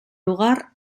lugar